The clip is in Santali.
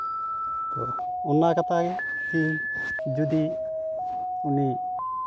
ᱚᱱᱟ ᱠᱟᱛᱷᱟ ᱜᱮ ᱤᱧ ᱡᱩᱫᱤ ᱩᱱᱤ